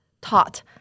taught